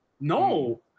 No